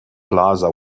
plaza